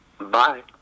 Bye